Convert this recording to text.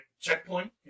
checkpoint